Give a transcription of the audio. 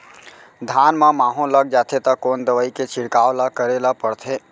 धान म माहो लग जाथे त कोन दवई के छिड़काव ल करे ल पड़थे?